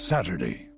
Saturday